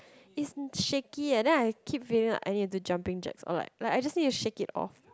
is shaky leh and then I keep feeling like I need to do jumping jack or like I just shake it off